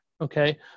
okay